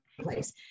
place